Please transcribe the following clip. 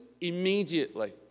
immediately